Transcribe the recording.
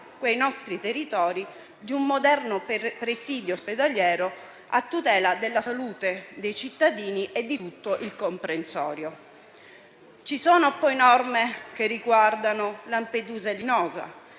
i nostri territori di un moderno presidio ospedaliero a tutela della salute dei cittadini e di tutto il comprensorio. Vi sono poi norme che riguardano Lampedusa e Linosa,